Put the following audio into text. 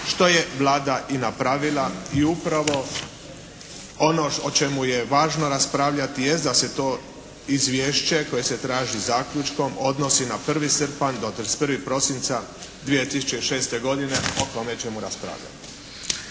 što je Vlada i napravila. I upravo ono o čemu je važno raspravljati jest da se to izvješće koje se traži zaključkom odnosi na 1. srpanj do 31. prosinca 2006. godine. O tome ćemo raspravljati.